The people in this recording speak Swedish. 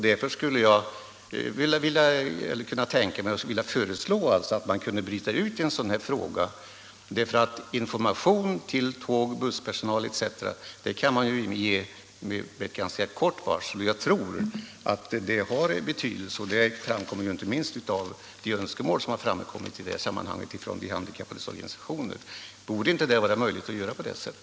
Därför skulle jag vilja föreslå att man bröt ut frågan om information till tågoch busspersonal etc. som ju kan ges med ganska kort varsel. Jag tror att det skulle ha betydelse; det framgår inte minst av de önskemål som framkommit från de handikappades organisationer. Borde det inte vara möjligt att göra på det sättet?